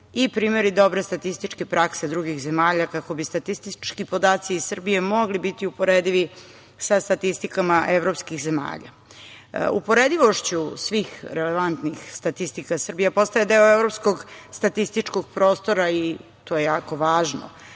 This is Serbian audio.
i primeri dobre statističke prakse drugih zemalja kako bi statistički podaci iz Srbije mogli biti uporedivi sa statistikama evropskih zemalja. Uporedivošću svih relevantnih statistika, Srbija postaje deo evropskog statističkog prostora i to je jako važno.